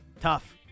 Tough